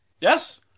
Yes